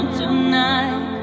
tonight